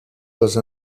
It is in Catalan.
les